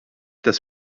dass